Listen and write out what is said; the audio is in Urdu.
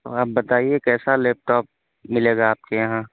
آپ بتائیے کیسا لیپٹاپ ملے گا آپ کے یہاں